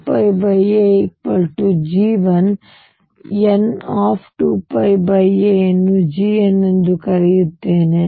ನಾನು 2πa G1 n2πa ಅನ್ನು Gn ಎಂದು ಕರೆಯುತ್ತೇನೆ